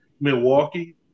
Milwaukee